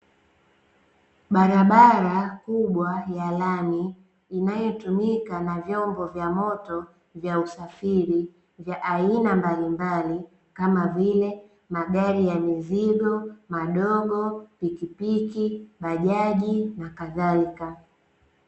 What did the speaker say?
Barabara kubwa ya lami inayotumika na vyombo vya moto vya usafiri vya aina mbalimbali, kama vile magari ya mizigo, madogo, pikipiki, bajaji nakadhalika.